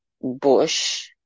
bush